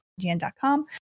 gn.com